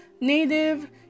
Native